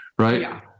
Right